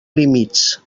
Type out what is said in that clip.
límits